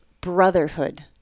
brotherhood